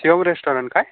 Shivam restaurant काय